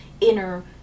inner